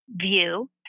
view